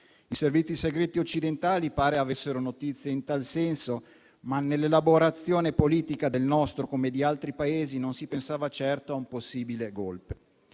I servizi segreti occidentali pare avessero notizie in tal senso, ma nell'elaborazione politica del nostro, come di altri Paesi, non si pensava certo a un possibile *golpe*.